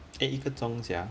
eh 一个钟 sia